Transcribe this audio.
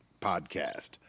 podcast